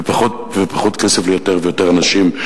ופחות ופחות כסף ליותר ויותר אנשים.